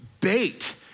bait